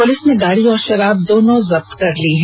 police ने गाड़ी और शराब को जब्त कर लिया है